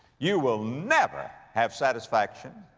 you will never have satisfaction,